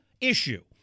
issue